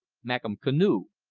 mak' um canoe,